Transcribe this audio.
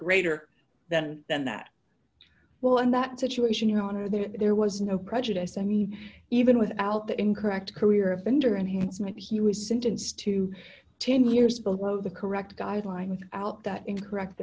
greater than than that well in that situation you know there was no prejudice i mean even without that incorrect career offender enhancement he was sentenced to ten years below the correct guidelines out that is correct